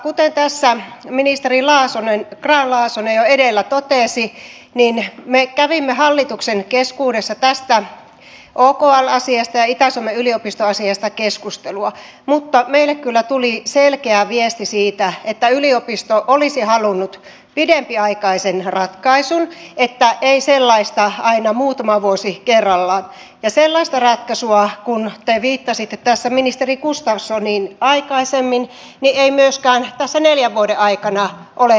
kuten ministeri grahn laasonen jo edellä totesi me kävimme hallituksen keskuudessa tästä okl asiasta ja itä suomen yliopistoasiasta keskustelua mutta meille kyllä tuli selkeä viesti siitä että yliopisto olisi halunnut pidempiaikaisen ratkaisun että ei sellaista aina muutama vuosi kerrallaan ja sellaista ratkaisua kun te viittasitte tässä ministeri gustafssoniin aikaisemmin ei myöskään tässä neljän vuoden aikana ole haettu